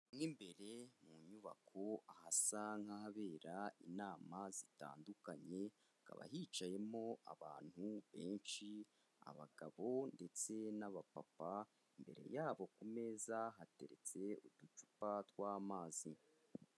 Mo imbere mu nyubako ahasa nk'abera inama zitandukanye, hakaba hicayemo abantu benshi abagabo ndetse n'abapapa, imbere yabo ku meza hateretse uducupa tw'amazi.